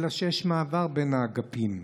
אלא שיש מעבר בין האגפים.